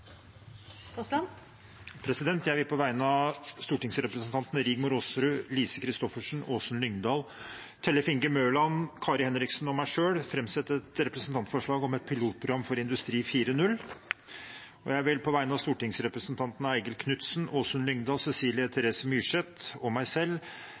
Jeg vil på vegne av stortingsrepresentantene Rigmor Aasrud, Lise Christoffersen, Åsunn Lyngedal, Tellef Inge Mørland, Kari Henriksen og meg selv framsette et representantforslag om et pilotprogram for industri 4.0. Jeg vil på vegne av stortingsrepresentantene Eigil Knutsen, Åsunn Lyngedal og Cecilie Terese Myrseth og meg selv